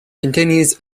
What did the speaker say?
continues